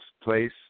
place